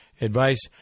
advice